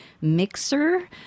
mixer